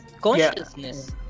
consciousness